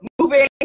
moving